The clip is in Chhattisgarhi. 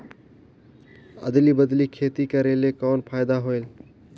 अदली बदली खेती करेले कौन फायदा होयल?